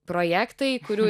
projektai kurių